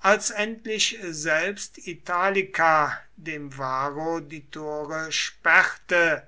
als endlich selbst italica dem varro die tore sperrte